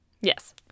Yes